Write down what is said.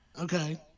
okay